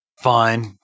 Fine